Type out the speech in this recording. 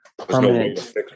Permanent